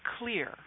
clear